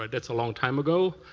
but that's a long time ago.